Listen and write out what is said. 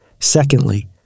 Secondly